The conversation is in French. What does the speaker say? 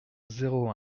zéro